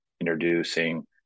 introducing